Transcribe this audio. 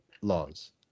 laws